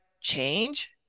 change